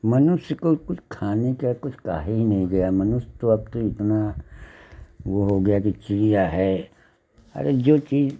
मनुष्य को कुछ खाने का कुछ काहे ही नहीं दिया मनुष्य तो अब के इतना वह हो गया कि चिड़ियाँ है अरे जो चीज़